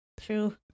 True